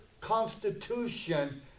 constitution